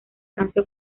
francia